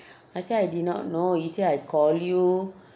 I say I did not know he say I call you